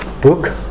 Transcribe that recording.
Book